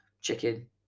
chicken